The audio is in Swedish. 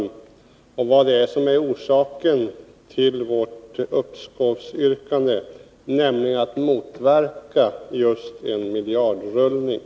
Det har också klargjorts vad det är som är orsaken till vårt uppskovsyrkande, nämligen att motverka just en miljardrullning.